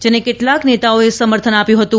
જેને કેટલાંક નેતાઓએ સમર્થન આપ્યું હતું